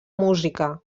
música